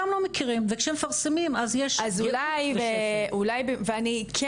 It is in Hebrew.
גם לא מכירים וכשמפרסמים אז יש --- ואני כן